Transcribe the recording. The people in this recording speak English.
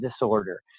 disorder